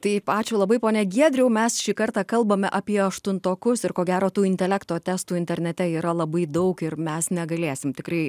taip ačiū labai pone giedriau mes šį kartą kalbame apie aštuntokus ir ko gero tų intelekto testų internete yra labai daug ir mes negalėsim tikrai